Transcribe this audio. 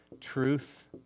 truth